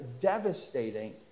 devastating